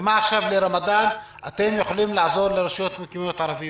ומה עכשיו לרמדאן אתם יכולים לעזור לרשויות המקומיות הערביות?